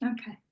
okay